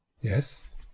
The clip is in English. Yes